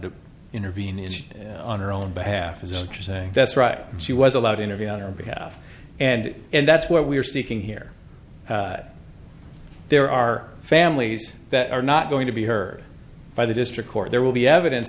to intervene is she on her own behalf is interesting that's right she was allowed interview on our behalf and and that's where we are seeking here there are families that are not going to be heard by the district court there will be evidence